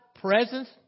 presence